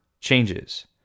changes